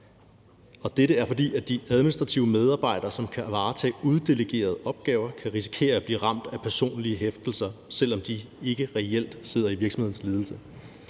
er. Dette er, fordi de administrative medarbejdere, som kan varetage uddelegerede opgaver, kan risikere at blive ramt af personlige hæftelser, selv om de ikke reelt sidder i virksomhedens ledelse.